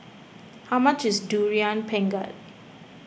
how much is Durian Pengat